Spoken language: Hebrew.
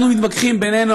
אנחנו מתווכחים בינינו,